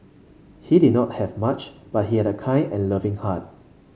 he did not have much but he had a kind and loving heart